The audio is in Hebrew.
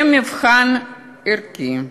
זה מבחן ערכי,